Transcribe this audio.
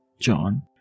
John